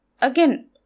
again